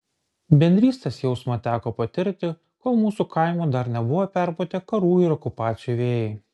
bendrystės jausmą teko patirti kol mūsų kaimų dar nebuvo perpūtę karų ir okupacijų vėjai